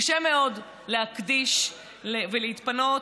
קשה מאוד להקדיש ולהתפנות,